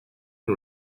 and